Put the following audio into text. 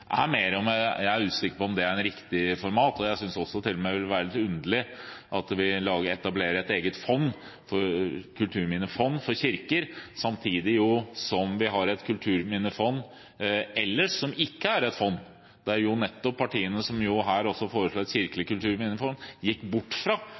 om det er riktig format. Jeg synes det til og med vil være underlig at vi etablerer et eget kulturminnefond for kirker samtidig som vi har et kulturminnefond ellers som ikke er et fond, der nettopp partiene som her altså foreslår et kirkelig kulturminnefond, gikk bort fra